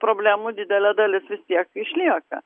problemų didelė dalis vis tiek išlieka